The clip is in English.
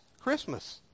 Christmas